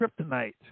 kryptonite